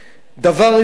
דבר רביעי,